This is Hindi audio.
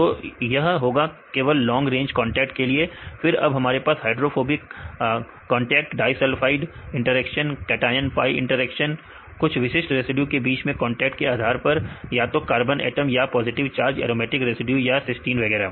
तो यह होगा केवल लॉन्ग रेंज कांटेक्ट के लिए फिर अब हमारे पास है hydrophobic contact disulphide interaction cation pi interaction कुछ विशिष्ट रेसिड्यू के बीच में कांटेक्ट के आधार पर या तो कार्बन एटम या पॉजिटिव चार्ज एरोमेटिक रेसिड्यू या सिस्टीन वगैरह